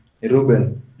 Ruben